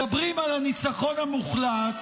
מדברים על הניצחון המוחלט,